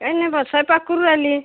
काय नाही बा स्वयंपाक करून राहिली